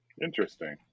Interesting